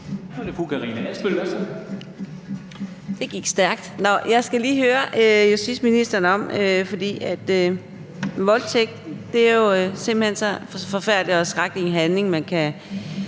Det gik stærkt. Jeg skal lige høre justitsministeren om noget. Voldtægt er jo simpelt hen en så forfærdelig og skrækkelig handling, man kan